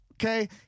Okay